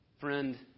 Friend